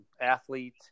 athlete